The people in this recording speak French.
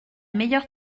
meilleure